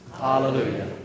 Hallelujah